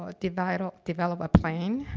ah develop develop a plan,